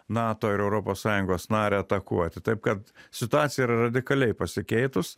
nato ir europos sąjungos narę atakuoti taip kad situacija yra radikaliai pasikeitus